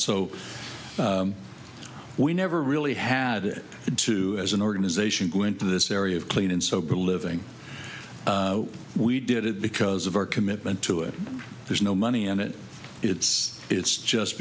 so we never really had to as an organization go into this area of clean and sober living we did it because of our commitment to it there's no money in it it's it's just